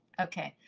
okay.